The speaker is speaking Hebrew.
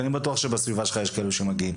כי אני בטוח שבסביבה שלך יש כאלה שמגיעים,